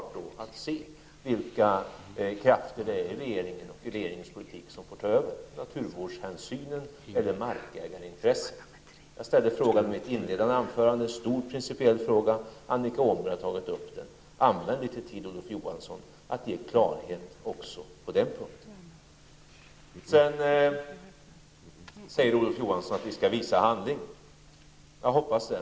Vi kommer att få se vilka krafter i regeringens politik som tar över: naturvårdshänsyn eller markägarintressen? Jag ställde frågan i mitt inledande anförande, en stor principiell fråga, och Annika Åhnberg har tagit upp den. Använd litet tid, Olof Johansson, att ge klarhet också på den punkten. Olof Johansson säger att vi skall visa hänsyn. Jag hoppas så.